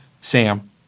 Sam